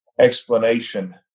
explanation